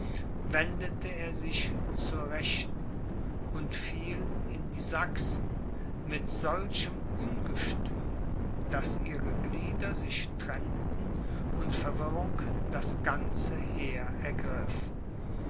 wendete er sich zur rechten und fiel in die sachsen mit solchem ungestüm daß ihre glieder sich trennten und verwirrung das ganze heer ergriff